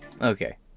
Okay